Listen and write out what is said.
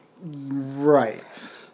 Right